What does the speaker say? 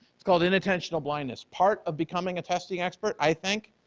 it's called inattentional blindness. part of becoming a testing expert, i think,